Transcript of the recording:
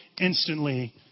instantly